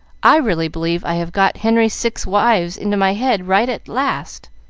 i really believe i have got henry's six wives into my head right at last.